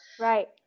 Right